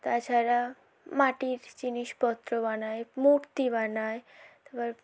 তাছাড়া মাটির জিনিসপত্র বানায় মূর্তি বানায় তাপর